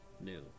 new